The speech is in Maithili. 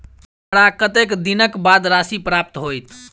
हमरा कत्तेक दिनक बाद राशि प्राप्त होइत?